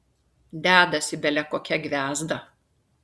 dedasi bele kokia gviazda